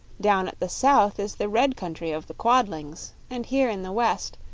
down at the south is the red country of the quadlings, and here, in the west,